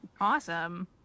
Awesome